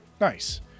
Nice